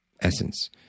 essence